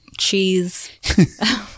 cheese